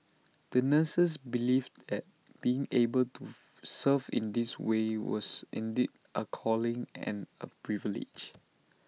the nurses believed that being able to serve in this way was indeed A calling and A privilege